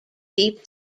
deep